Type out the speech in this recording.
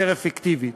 יותר אפקטיבית.